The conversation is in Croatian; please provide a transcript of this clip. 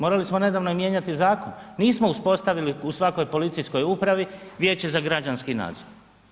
Morali smo nedavno i mijenjati zakon, nismo uspostavili u svakoj policijskoj upravi vijeće za građanski nadzor.